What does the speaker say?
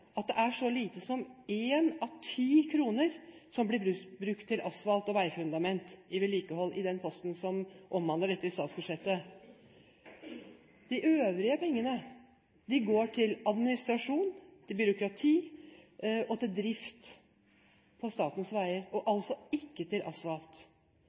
at det er så lite som en av ti kroner som blir brukt til asfalt og veifundament på vedlikehold i den posten som omhandler dette i statsbudsjettet. De øvrige pengene går til administrasjon, til byråkrati og til drift av statens veier og